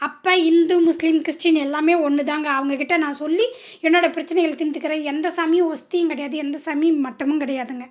அப்போ Hindu Muslim Christian எல்லாமே ஒன்றுதாங்க அவங்க கிட்டே நான் சொல்லி என்னோடய பிரச்சினைகள தீர்த்துக்கறேன் எந்த சாமியும் ஒஸ்தியும் கிடையாது எந்த சாமியும் மட்டமும் கிடையாதுங்க